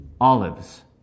Olives